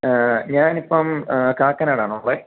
ഞാനിപ്പം കാക്കനാടാണ് ഉള്ളത്